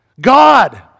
God